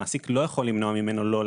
המעסיק לא יכול למנוע ממנו לא להגיע.